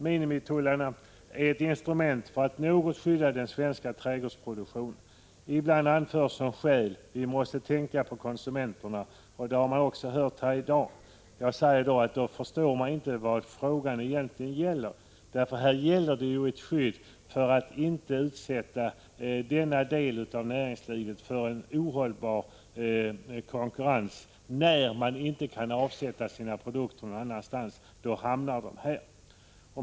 Minimitullarna är ett instrument för att något skydda den svenska trädgårdsproduktionen. Ibland anförs som skäl: ”Vi måste också tänka på konsumenterna.” Det har man sagt också här i dag. Men då förstår man inte vad frågan egentligen gäller. Vad det gäller är att ge ett skydd så att denna del av näringslivet inte utsätts för en ohållbar konkurrens. När man inte kan avsätta sina produkter någon annanstans hamnar de här.